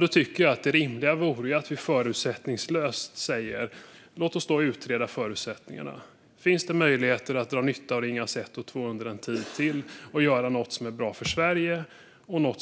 Då vore det rimliga att vi förutsättningslöst utreder förutsättningarna: Finns det möjlighet att dra nytta av Ringhals 1 och 2 under ännu en tid och göra något som är bra för Sverige och